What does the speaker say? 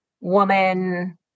woman